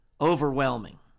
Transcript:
overwhelming